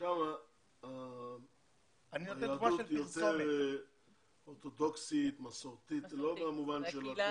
שם היהדות יותר אורתודוקסית, מסורתית, כמו